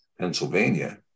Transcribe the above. Pennsylvania